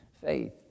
faith